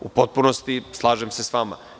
U potpunosti se slažem sa vama.